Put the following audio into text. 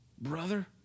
Brother